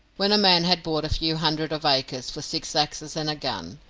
when a man had bought a few hundreds of acres for six axes and a gun,